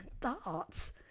thoughts